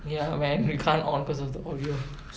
ya when you can't on because of the audio